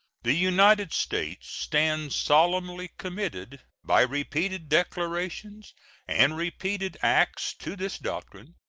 the united states stand solemnly committed by repeated declarations and repeated acts to this doctrine,